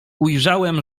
ujrzałem